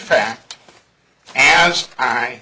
fact as i